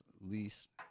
least